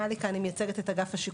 מלי לוי שנמצאת כאן מייצגת את אגף השיקום